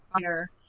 Fire